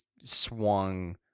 swung